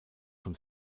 von